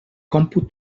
còmput